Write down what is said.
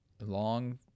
long